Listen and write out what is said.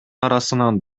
арасынан